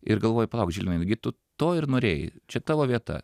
ir galvoju palauk žilvinai nugi tu to ir norėjai čia tavo vieta